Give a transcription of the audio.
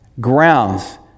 grounds